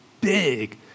big